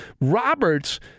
Roberts